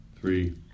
Three